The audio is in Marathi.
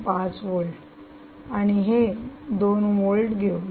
5 व्होल्ट आणि हे 2 व्होल्ट घेऊया